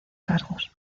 cargos